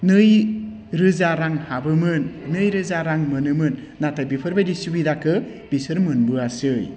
नै रोजा रां हाबोमोन नैरोजां रां मोनोमोन नाथाय बिफोरबायदि सुबिदाखौ बिसोर मोनबोआसै